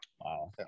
Wow